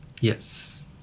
yes